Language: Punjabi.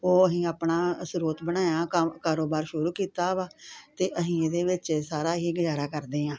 ਉਹ ਅਸੀਂ ਆਪਣਾ ਸਰੋਤ ਬਣਾਇਆ ਕੰਮ ਕਾਰੋਬਾਰ ਸ਼ੁਰੂ ਕੀਤਾ ਵਾ ਅਤੇ ਅਸੀਂ ਇਹਦੇ ਵਿੱਚ ਸਾਰਾ ਹੀ ਗੁਜ਼ਾਰਾ ਕਰਦੇ ਹਾਂ